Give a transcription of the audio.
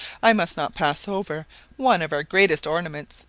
i must not pass over one of our greatest ornaments,